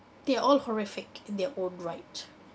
they are all horrific in their own right